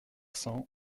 cents